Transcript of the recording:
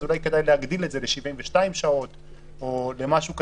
אז אולי כדאי להגדיל את זה ל-72 שעות או למשהו כזה,